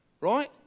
right